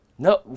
No